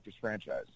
franchise